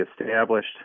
established